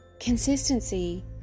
consistency